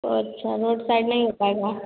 अच्छा road side नहीं हो पाएगा